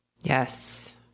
yes